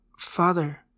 father